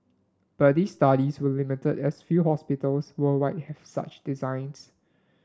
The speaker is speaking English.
but these studies were limited as few hospitals worldwide have such designs